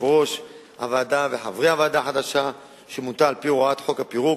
כיושב-ראש הוועדה וחברי הוועדה החדשה שמונתה על-פי הוראת חוק הפירוק.